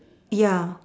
ya